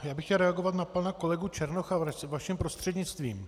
Chtěl bych reagovat na pana kolegu Černocha vaším prostřednictvím.